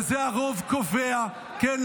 וזה "הרוב קובע" כן,